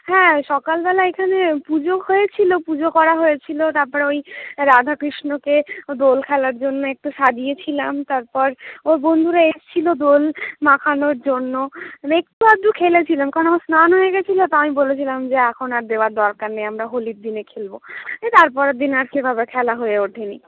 হ্যাঁ সকাল বেলা এখানে পুজো হয়েছিলো পুজো করা হয়েছিলো তারপরে ওই রাধাকৃষ্ণকে দোল খেলার জন্য একটু সজিয়েছিলাম তারপর ওর বন্ধুরা এসছিলো দোল মাখানোর জন্য একটু আধটু খেলেছিলাম কারণ আমার স্নান হয়ে গেছিলো তো আমি বলেছিলাম যে এখন আর দেওয়ার দরকার নেই আমরা হোলির দিনে খেলবো দিয়ে তারপরের দিন আর সেভাবে খেলা হয়ে ওঠেনি